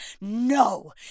No